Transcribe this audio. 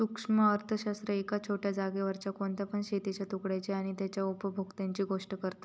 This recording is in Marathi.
सूक्ष्म अर्थशास्त्र एका छोट्या जागेवरच्या कोणत्या पण शेतीच्या तुकड्याची आणि तेच्या उपभोक्त्यांची गोष्ट करता